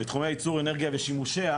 בתחומי ייצור אנרגיה ושימושיה